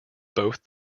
both